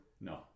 No